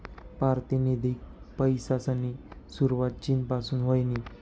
पारतिनिधिक पैसासनी सुरवात चीन पासून व्हयनी